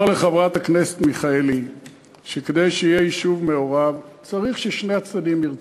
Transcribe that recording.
אומר לחברת הכנסת מיכאלי שכדי שיהיה יישוב מעורב צריך ששני הצדדים ירצו.